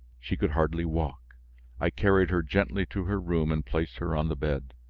she could hardly walk i carried her gently to her room and placed her on the bed.